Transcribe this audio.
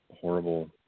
horrible